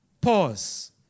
Pause